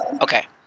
okay